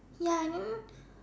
ya I never